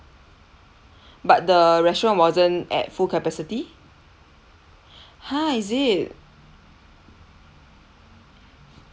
but the restaurant wasn't at full capacity !huh! is it